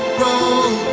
road